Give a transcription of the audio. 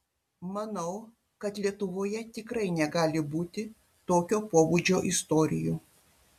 manau kad lietuvoje tikrai negali būti tokio pobūdžio istorijų